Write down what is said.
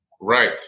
Right